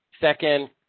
Second